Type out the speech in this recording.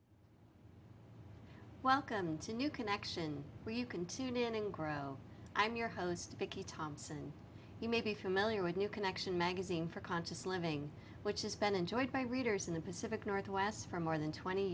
mean welcome to new connection where you can tune in and grow i'm your host bikie thompson you may be familiar with new connection magazine for conscious living which is spent enjoyed by readers in the pacific northwest for more than twenty